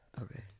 Okay